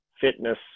fitness